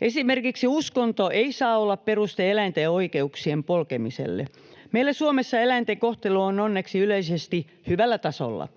Esimerkiksi uskonto ei saa olla peruste eläinten oikeuksien polkemiselle. Meillä Suomessa eläinten kohtelu on onneksi yleisesti hyvällä tasolla.